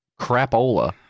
crapola